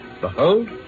Behold